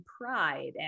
pride